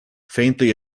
faintly